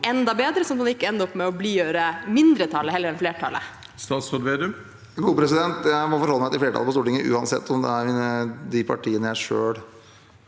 enda bedre, sånn at man ikke ender opp med å blidgjøre mindretallet heller enn flertallet? Statsråd Trygve Slagsvold Vedum Jeg må forholde meg til flertallet på Stortinget uansett om det er de partiene jeg selv